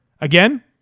Again